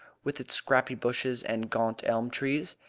with its scrappy bushes and gaunt elm trees!